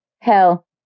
Hell